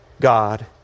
God